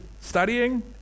studying